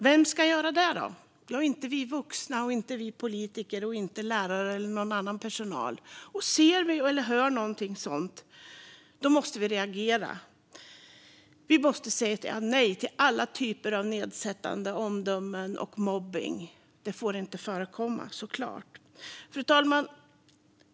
Vem ska göra det då? Ja, inte vi vuxna, inte vi politiker och inte lärare eller någon annan personal. Och hör vi någonting sådant måste vi reagera. Vi måste säga nej till alla typer av nedsättande omdömen och mobbning. Det får såklart inte förekomma. Fru talman!